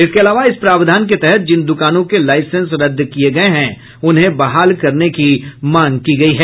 इसके अलावा इस प्रावधान के तहत जिन दुकानों के लाईसेंस रद्द किये गये हैं उन्हें बहाल करने की मांग की गयी है